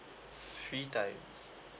three times